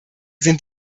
sind